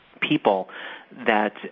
people—that